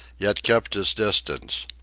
yet kept his distance.